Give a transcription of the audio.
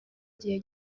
igihe